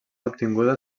obtinguda